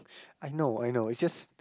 I know I know is just